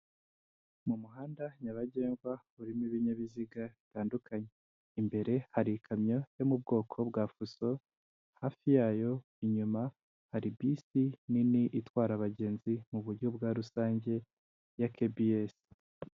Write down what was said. Mu muhanda nyabagendwa urimo ibinyabiziga bitandukanye, imbere hari ikamyo yo mu bwoko bwa fuso, hafi yayo inyuma hari bisi nini itwara abagenzi mu buryo bwa rusange ya kebiyesi.